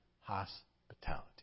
hospitality